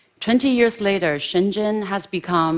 twenty years later, shenzhen has become